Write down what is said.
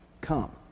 come